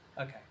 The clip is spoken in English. Okay